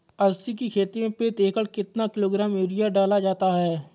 अलसी की खेती में प्रति एकड़ कितना किलोग्राम यूरिया डाला जाता है?